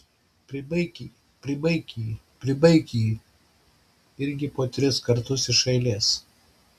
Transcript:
pribaik jį pribaik jį pribaik jį irgi po tris kartus iš eilės